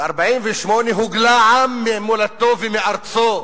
ב-1948 הוגלה עם ממולדתו ומארצו.